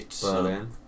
Berlin